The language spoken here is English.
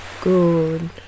Good